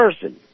person